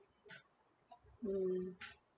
mm